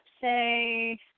say